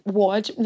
watch